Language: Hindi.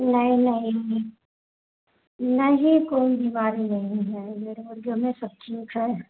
नहीं नहीं नहीं कोई बीमारी नहीं है मेरी मुर्गियों में सब ठीक है